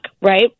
right